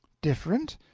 different?